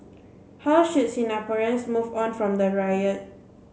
how should Singaporeans move on from the riot